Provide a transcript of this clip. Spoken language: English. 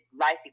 life